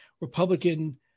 Republican